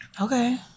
Okay